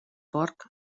porc